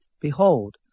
behold